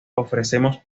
ofrece